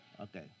Okay